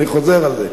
אני חוזר על זה,